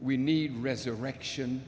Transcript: we need a resurrection